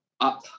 up